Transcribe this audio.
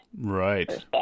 Right